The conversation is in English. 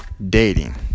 dating